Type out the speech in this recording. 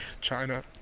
China